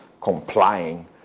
complying